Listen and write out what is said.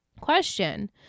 Question